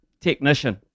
technician